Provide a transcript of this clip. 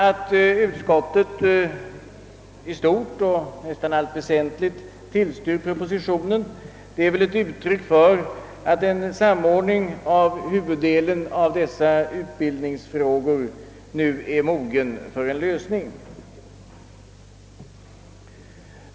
Att utskottet i stort och nästan i allt väsentligt har tillstyrkt propositionens förslag är väl ett uttryck för att en samordning av huvuddelen av dessa utbildningsfrågor nu bör kunna genomföras.